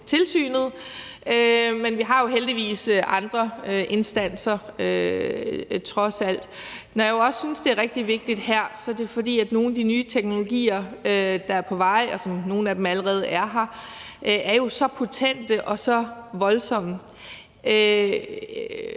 tilsynet, men vi har jo heldigvis andre instanser, trods alt. Når jeg også synes, det er rigtig vigtigt her, er det, fordi nogle af de nye teknologier, der er på vej – nogle af dem er her allerede – jo er så potente og så voldsomme. Ayo